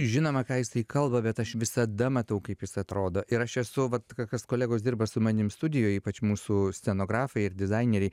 žinoma ką jisai kalba bet aš visada matau kaip jis atrodo ir aš esu vat kažkas kolegos dirba su manim studijoj ypač mūsų scenografai ir dizaineriai